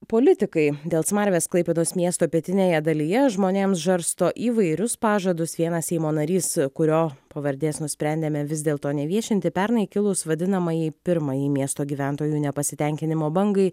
politikai dėl smarvės klaipėdos miesto pietinėje dalyje žmonėms žarsto įvairius pažadus vienas seimo narys kurio pavardės nusprendėme vis dėlto neviešinti pernai kilus vadinamajai pirmajai miesto gyventojų nepasitenkinimo bangai